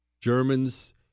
Germans